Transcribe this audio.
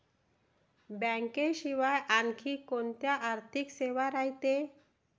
बँकेशिवाय आनखी कोंत्या आर्थिक सेवा रायते?